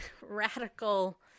radical